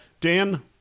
Dan